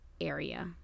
area